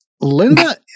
Linda